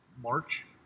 March